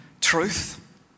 truth